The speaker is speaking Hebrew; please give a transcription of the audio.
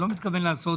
אני לא מתכוון לעשות